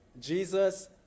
Jesus